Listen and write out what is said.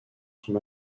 sont